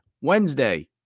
Wednesday